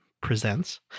presents